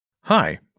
Hi